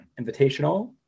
Invitational